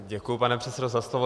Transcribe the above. Děkuji, pane předsedo, za slovo.